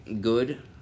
good